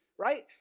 right